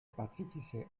pazifische